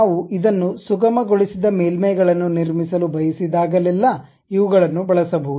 ನಾವು ಇದನ್ನು ಸುಗಮಗೊಳಿಸಿದ ಮೇಲ್ಮೈಗಳನ್ನು ನಿರ್ಮಿಸಲು ಬಯಸಿದಾಗಲೆಲ್ಲ ಇವುಗಳನ್ನು ಬಳಸಬಹುದು